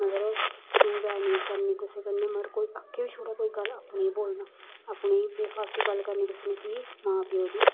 मगर तूं मैं नेईं करनी कुसै ने कोई आखी बी छुड़े कोई गल्ल अपनी नी बोलना अपनी बे फालतु गल्ल करनी कुसै कन्नै अपनी मां प्यो दी